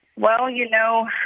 well, you know,